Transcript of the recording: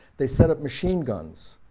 they set up machine guns.